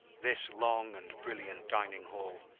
this long and brilliant dining-hall,